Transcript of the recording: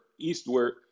eastward